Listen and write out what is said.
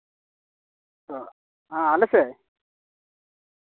ᱟᱨ ᱟᱞᱮ ᱥᱮᱫ